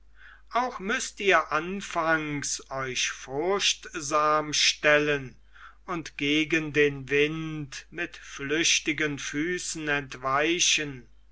auch müßt ihr anfangs euch furchtsam stellen und gegen den wind mit flüchtigen füßen entweichen